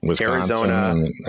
Arizona